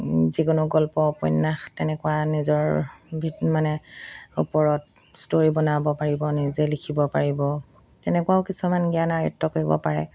যিকোনো গল্প উপন্যাস তেনেকুৱা নিজৰ মানে ওপৰত ষ্ট'ৰি বনাব পাৰিব নিজে লিখিব পাৰিব তেনেকুৱাও কিছুমান জ্ঞান আয়ত্ত কৰিব পাৰে